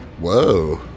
Whoa